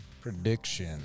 prediction